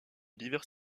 divers